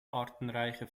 artenreiche